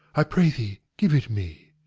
i pray thee give it me.